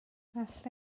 alla